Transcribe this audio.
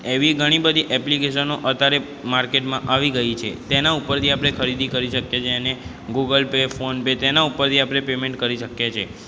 એવી ઘણી બધી એપ્લિકેશનો અત્યારે માર્કેટમાં આવી ગઇ છે તેનાં ઉપરથી આપણે ખરીદી કરી શકીએ છીએ અને ગૂગલ પે ફોન પે તેનાં ઉપરથી આપણે પેમેન્ટ કરી શકીએ છીએ